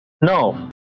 No